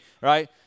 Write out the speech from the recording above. right